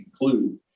include